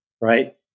Right